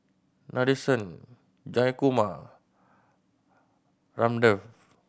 Nadesan Jayakumar Ramdev